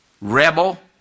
rebel